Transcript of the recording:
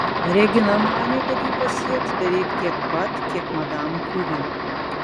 regina manė kad ji pasieks beveik tiek pat kiek madam kiuri